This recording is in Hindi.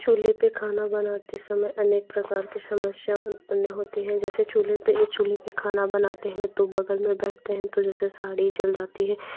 चूल्हे पर खाना बनाते समय अनेक प्रकार की समस्या उत्पन्न होती है जैसे चूल्हे पर यह चूल्हे पर खाना बनाते हैं तो बगल में बैठते हैं तो जैसे साड़ी जल जाती है